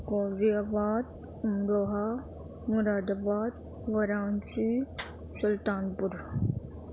غازی آباد امروہا مراد آباد وارانسی سلطان پور